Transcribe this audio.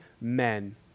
men